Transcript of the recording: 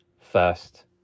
first